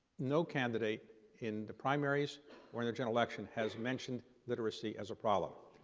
no candidate in the primaries or in the general election has mentioned literacy as a problem,